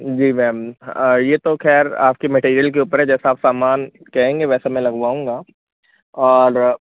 जी ma'am हं ये तो खैर आपके मैटीरियल के ऊपर है जैसा आप सामान कहेंगी वैसा मैं लगवाऊँगा और